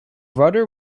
rudder